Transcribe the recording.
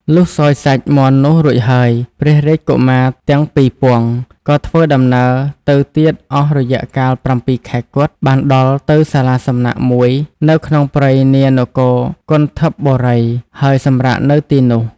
លុះសោយសាច់មាន់នោះរួចហើយ ព្រះរាជកុមារទាំង២ពង្សក៏ធ្វើដំណើរទៅទៀតអស់រយៈកាល៧ខែគត់ បានដល់ទៅសាលាសំណាក់មួយនៅក្នុងព្រៃនា នគរគន្ធពបុរី ហើយសម្រាកនៅទីនោះ ។